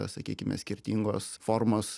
sakykime skirtingos formos